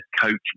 coaching